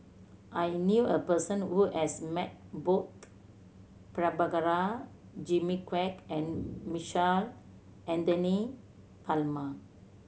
I knew a person who has met both Prabhakara Jimmy Quek and Michael Anthony Palmer